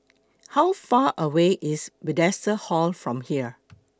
How Far away IS Bethesda Hall from here